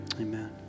amen